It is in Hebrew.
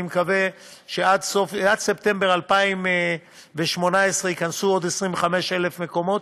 אני מקווה שעד ספטמבר 2018 ייכנסו עוד 25,000 מקומות,